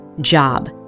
job